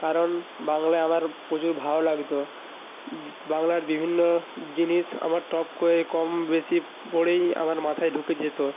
কারণ বাংলা আমার প্রচুর ভালো লাগত বাংলার বিভিন্ন জিনিস আমার টপ করে কম বেশি পড়েই আমার মাথায় ঢুকে যেত